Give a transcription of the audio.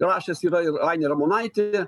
rašęs yra ir ainė ramonaitė